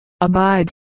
Abide